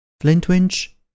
Flintwinch